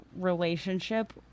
relationship